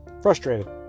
frustrated